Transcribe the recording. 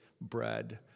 bread